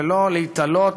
ולא להיתלות